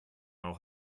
auch